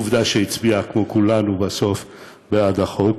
עובדה שהצביע כמו כולנו בסוף בעד החוק.